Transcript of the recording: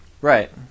Right